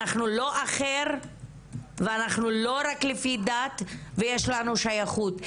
אנחנו לא אחר ואנחנו לא רק לפי דת ויש לנו שייכות.